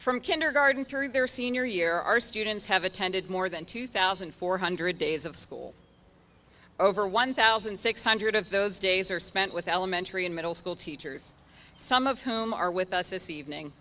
from kindergarten through their senior year our students have attended more than two thousand four hundred days of school over one thousand six hundred of those days are spent with elementary and middle school teachers some of whom are with us this evening